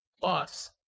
boss